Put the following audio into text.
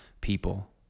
people